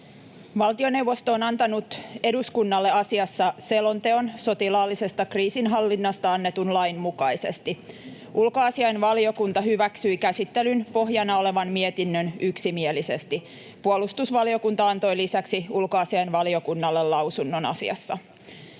Valtioneuvosto on antanut eduskunnalle asiassa selonteon sotilaallisesta kriisinhallinnasta annetun lain mukaisesti. Ulkoasiainvaliokunta hyväksyi käsittelyn pohjana olevan mietinnön yksimielisesti. Puolustusvaliokunta antoi lisäksi ulkoasiainvaliokunnalle lausunnon asiassa.